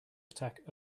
attack